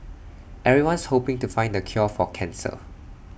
everyone's hoping to find the cure for cancer